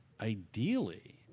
ideally